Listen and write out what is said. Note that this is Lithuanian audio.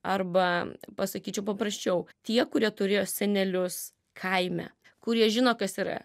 arba pasakyčiau paprasčiau tie kurie turėjo senelius kaime kurie žino kas yra